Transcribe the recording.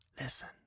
Listen